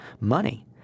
money